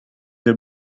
the